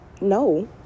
no